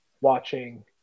watching